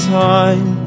time